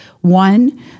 One